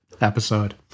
episode